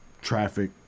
traffic